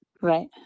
Right